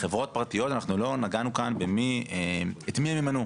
לחברות הפרטיות אנחנו לא נגענו כאן את מי הן ימנו.